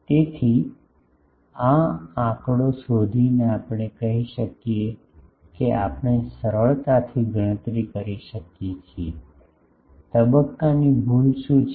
તેથી આ આંકડો શોધીને આપણે કહી શકીએ કે આપણે સરળતાથી ગણતરી કરી શકીએ છીએ તબક્કાની ભૂલ શું છે